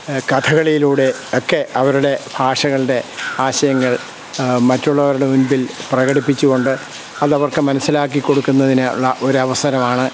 കഥകളിലൂടെയൊക്കെ അവരുടെ ഭാഷകളുടെ ആശയങ്ങൾ മറ്റുള്ളവരുടെ മുമ്പിൽ പ്രകടിപ്പിച്ചുകൊണ്ട് അതവർക്ക് മനസ്സിലാക്കി കൊടുക്കുന്നതിനുള്ള ഒരു അവസരമാണ്